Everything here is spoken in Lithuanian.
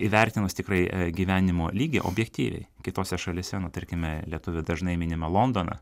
įvertinus tikrai e gyvenimo lygį objektyviai kitose šalyse nu tarkime lietuvių dažnai minimą londoną